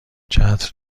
چتر